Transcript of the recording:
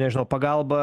nežinau pagalba